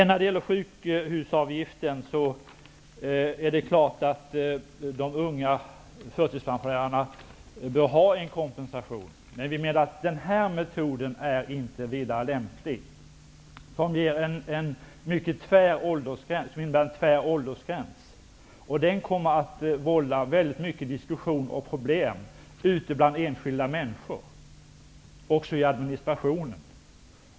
När det gäller sjukhusvårdsavgiften är det klart att de unga förtidspensionärerna bör ha en kompensation, men vi menar att den metod som Karin Israelsson vill ha inte är vidare lämplig. Den innebär en mycket tvär åldersgräns, som kommer att vålla diskussion och problem bland enskilda människor och inom administrationen.